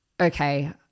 okay